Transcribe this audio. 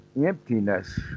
emptiness